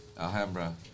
Alhambra